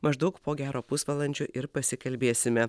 maždaug po gero pusvalandžio ir pasikalbėsime